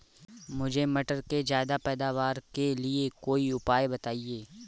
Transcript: मुझे मटर के ज्यादा पैदावार के लिए कोई उपाय बताए?